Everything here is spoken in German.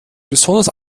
besonders